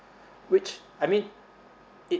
which I mean it